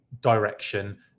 direction